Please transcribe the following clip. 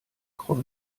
kreuz